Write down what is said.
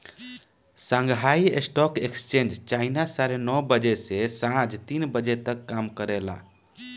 Shanghai stock exchange China साढ़े नौ बजे से सांझ तीन बजे तक काम करेला